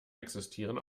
existieren